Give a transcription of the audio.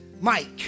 Mike